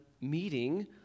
meeting